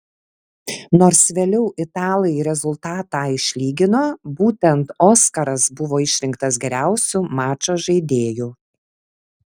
nors vėliau italai rezultatą išlygino būtent oskaras buvo išrinktas geriausiu mačo žaidėju